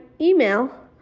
email